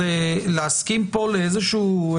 אז להסכים פה לאיזשהו,